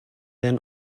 then